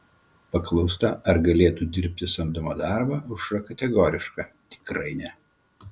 paklausta ar galėtų dirbti samdomą darbą aušra kategoriška tikrai ne